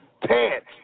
pants